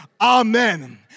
amen